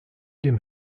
dem